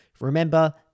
Remember